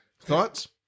Thoughts